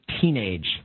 teenage